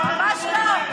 ממש לא.